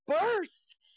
burst